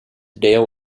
dale